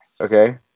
Okay